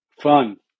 Fun